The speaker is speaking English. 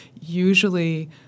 usually